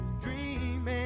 Dreaming